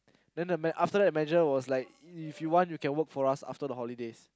then the man after that manager was like if you want you can work for us after the holidays